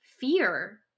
fear